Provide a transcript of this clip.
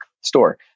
store